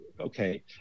okay